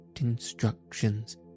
instructions